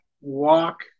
walk